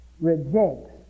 rejects